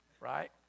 Right